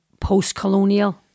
post-colonial